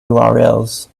urls